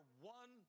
one